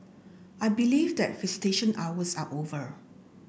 I believe that visitation hours are over